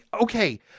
okay